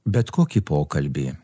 bet kokį pokalbį